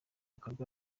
bikorwa